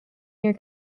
year